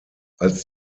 als